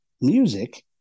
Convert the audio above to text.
music